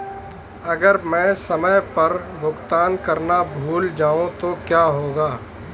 अगर मैं समय पर भुगतान करना भूल जाऊं तो क्या होगा?